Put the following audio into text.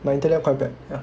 my internet quite bad